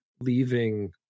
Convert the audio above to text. leaving